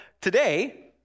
today